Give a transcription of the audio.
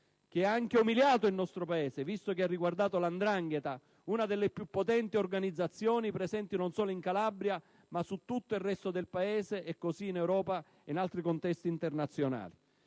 che ha umiliato anche il nostro Paese, visto che ha riguardato la 'ndrangheta, una delle più potenti organizzazioni, presente non solo in Calabria ma in tutto il resto del Paese e così in Europa e in altri contesti internazionali.